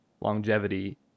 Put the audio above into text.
longevity